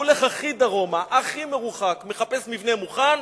הוא הולך הכי דרומה, הכי מרוחק, מחפש מבנה מוכן.